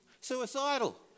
suicidal